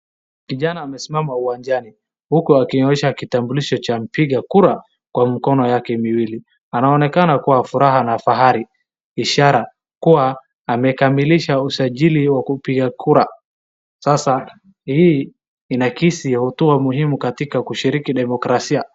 Kijana amesimama uwanjani huku akionyesha kitambulisho cha mpiga kura kwa mkono yake miwili. Anaonekana kwa furaha na fahari ishara kuwa amekamilisha usajili wa kupiga kula. Sasa hii inakisi hatua muhimu katika kushiriki demokrasia.